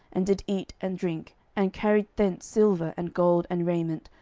and did eat and drink, and carried thence silver, and gold, and raiment,